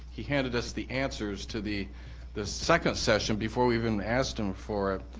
he handed us the answers to the the second session before we even asked him for it.